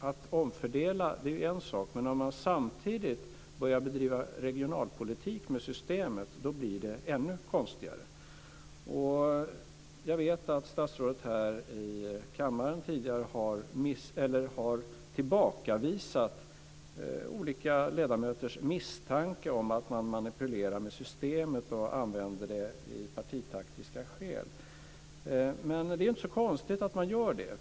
Att omfördela är en sak men när man samtidigt börjar bedriva regionalpolitik med systemet blir det ännu konstigare. Jag vet att statsrådet tidigare här i kammaren har tillbakavisat olika ledamöters misstanke om att man manipulerar med systemet och använder det av partitaktiska skäl. Det är inte så konstigt att man gör det.